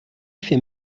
fait